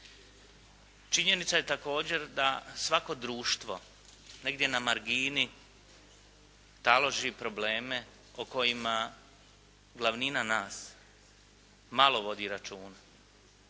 Činjenica je također da svako društvo negdje na margini taloži probleme o kojima glavnina nas, malo vodi računa.